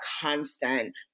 constant